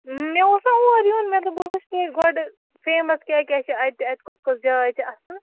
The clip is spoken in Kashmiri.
مےٚ اوس نا اور یُن مےٚ دوٚپ بہٕ وُچھِ یہِ گۄڈٕ فیمَس کیٛاہ کیٛاہ چھِ اَتہِ اَتہِ کۄس کۄس جاے چھِ اَصٕل